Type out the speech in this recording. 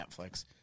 Netflix